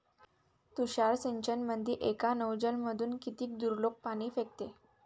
तुषार सिंचनमंदी एका नोजल मधून किती दुरलोक पाणी फेकते?